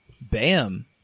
bam